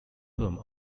whom